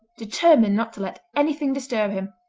determined not to let anything disturb him,